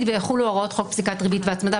"ויחולו הוראות חוק פסיקת ריבית והצמדה",